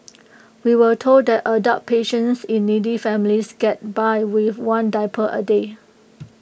we were told that adult patients in needy families get by with one diaper A day